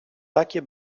takie